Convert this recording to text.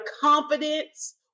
confidence